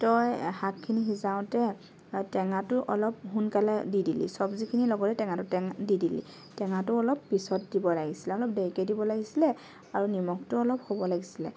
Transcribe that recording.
তই শাকখিনি সিজাওতে টেঙাটো অলপ সোনকালে দি দিলি চব্জিখিনিৰ লগতে টেঙাটো দি দিলি টেঙাটো অলপ পিছত দিব লাগিছিলে অলপ দেৰিকৈ দিব লাগিছিলে আৰু নিমখটো অলপ হ'ব লাগিছিলে